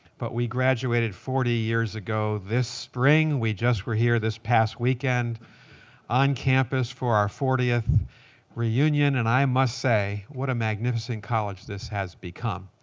but we graduated forty years ago this spring. we just were here this past weekend on campus for our fortieth reunion, and i must say what a magnificent college this has become.